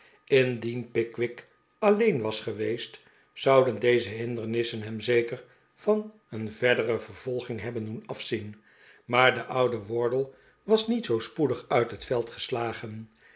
indien pickwick alleen was geweest zouden deze hindernissen hem zeker van een verdere vervolging hebben doen afzien maar de oude wardle was niet zoo spoedig uit het veld geslagen